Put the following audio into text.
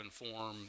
inform